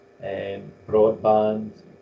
broadband